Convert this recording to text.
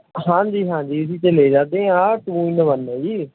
ਹਾਂਜੀ ਹਾਂਜੀ ਇਹਦੀ ਤਾਂ ਲੈ ਜਾਂਦੇ ਹਾਂ ਆਹ ਟੂ ਇੰਨ ਵੰਨ ਹੈ ਜੀ